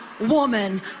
woman